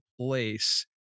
place